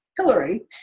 Hillary